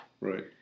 Right